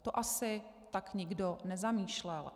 To asi tak nikdo nezamýšlel.